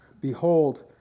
behold